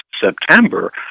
September